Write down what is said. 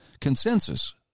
consensus